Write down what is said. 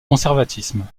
conservatisme